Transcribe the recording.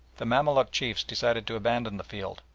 the mamaluk chiefs decided to abandon the field,